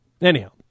Anyhow